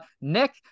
Nick